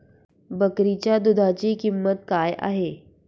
बकरीच्या दूधाची किंमत काय आहे?